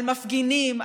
על מפגינים,